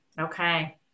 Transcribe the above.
Okay